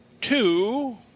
two